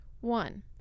One